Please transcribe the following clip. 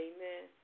Amen